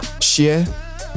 Share